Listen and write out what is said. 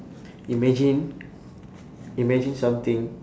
imagine imagine something